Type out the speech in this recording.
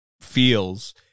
feels